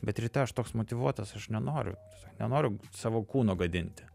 bet ryte aš toks motyvuotas aš nenoriu tiesiog nenoriu savo kūno gadinti